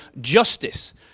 justice